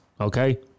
okay